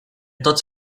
tots